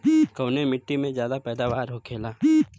कवने मिट्टी में ज्यादा पैदावार होखेला?